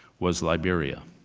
was liberia.